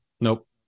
nope